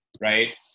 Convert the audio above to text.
right